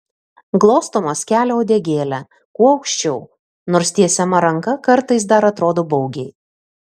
glostomas kelia uodegėlę kuo aukščiau nors tiesiama ranka kartais dar atrodo baugiai